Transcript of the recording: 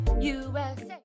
USA